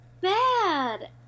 bad